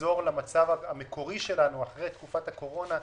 נחזור למצב המקורי שלנו אחרי תקופת הקורונה,